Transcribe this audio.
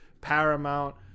Paramount